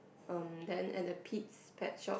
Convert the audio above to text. erm then at the Pete's pet shop